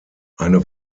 eine